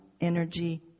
energy